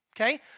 Okay